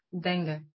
dengue